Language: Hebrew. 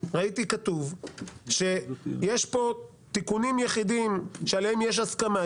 ראיתי שיש פה תיקונים יחידים עליהם יש הסכמה.